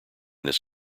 this